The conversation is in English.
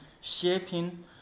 shaping